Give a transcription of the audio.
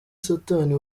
satani